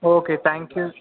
okay thank you